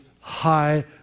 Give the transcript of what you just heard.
high